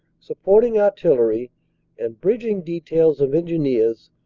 supporting artillery and bridging details of engineers,